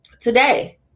today